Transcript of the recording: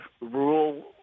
rural